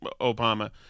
Obama